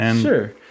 sure